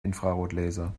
infrarotlaser